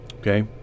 Okay